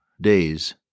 days